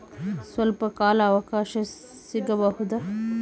ಸ್ವಲ್ಪ ಕಾಲ ಅವಕಾಶ ಸಿಗಬಹುದಾ?